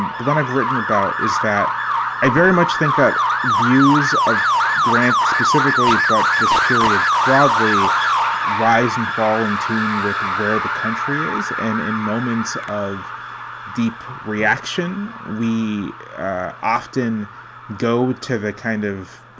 and the one i've written about is that i very much think that views of grant specifically, but this period probably rise and fall in tune with where the country is. and in moments moments of deep reaction, we often go to the kind of,